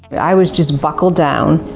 i was just buckled down,